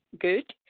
good